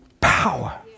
power